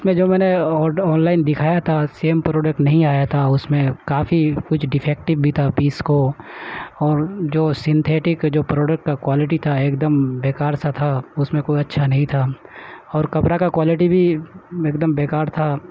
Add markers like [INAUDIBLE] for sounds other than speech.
اس میں جو میں نے [UNINTELLIGIBLE] آن لائن دکھایا تھا سیم پروڈکٹ نہیں آیا تھا اس میں کافی کچھ ڈفیکٹیو بھی تھا پیس کو اور جو سینتھیٹک جو پروڈکٹ کوالٹی تھا ایک دم بے کار سا تھا اس میں کوئی اچھا نہیں تھا اور کپڑا کا کوالٹی بھی ایک دم بے کار تھا